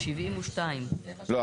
שמונה.